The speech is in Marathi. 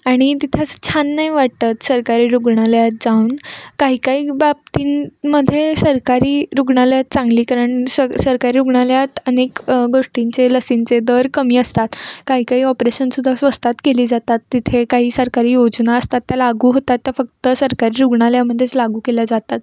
आणि तिथं असं छान नाही वाटत सरकारी रुग्णालयात जाऊन काही काही बाबतींमध्ये सरकारी रुग्णालयात चांगली कारण स सरकारी रुग्णालयात अनेक गोष्टींचे लसींचे दर कमी असतात काही काही ऑपरेशन सुद्धा स्वस्तात केली जातात तिथे काही सरकारी योजना असतात त्या लागू होतात त्या फक्त सरकारी रुग्णालयामध्येच लागू केल्या जातात